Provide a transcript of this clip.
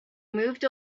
moved